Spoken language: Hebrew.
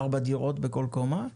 ארבע דירות בכל קומה.